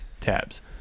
tabs